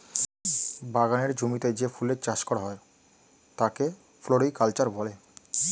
বাগানের জমিতে যে ফুলের চাষ করা হয় তাকে ফ্লোরিকালচার বলে